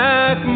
Back